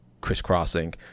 crisscrossing